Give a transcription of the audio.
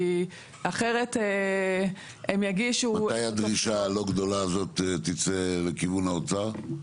מתי הדרישה הלא גדולה הזאת תצא לכיוון האוצר?